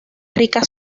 rica